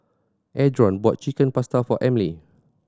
Adron bought Chicken Pasta for Emily